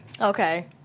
Okay